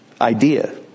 idea